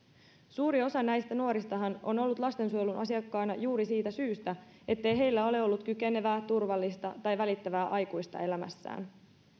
suuri osa näistä nuoristahan on ollut lastensuojelun asiakkaana juuri siitä syystä ettei heillä ole ollut kykenevää turvallista tai välittävää aikuista elämässään